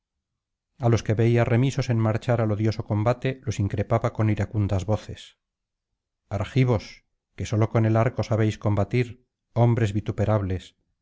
a los que veía remisos en marchar al odioso combate los increpaba con iracundas voces argivos que sólo con el arco sabéis combatir hombres vituperables